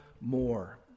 more